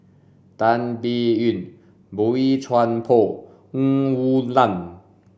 Tan Biyun Boey Chuan Poh Ng Woon Lam